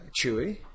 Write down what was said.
Chewie